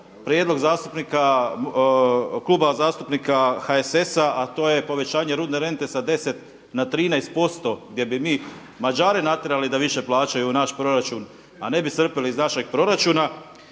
Kluba zastupnika HSS-a a to je povećanje rudne rente sa 10 na 13% gdje bi mi Mađare natjerali da više plaćaju naš proračun, a ne bi crpili iz našeg proračuna.